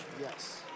Yes